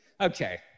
Okay